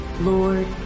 Lord